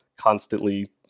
constantly